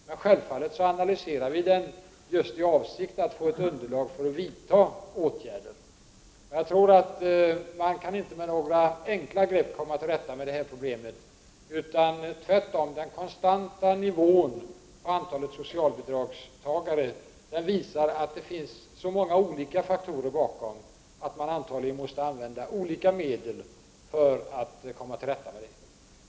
Men självfallet analyserar regeringen just i avsikt att få ett underlag för att vidta åtgärder. Jag tror inte att man med några enkla grepp kan komma till rätta med detta problem. Tvärtom visar den konstanta nivån på antalet socialbidragstagare att det finns så många olika faktorer bakom detta faktum att man antagligen måste använda olika medel för att komma till rätta med problemet.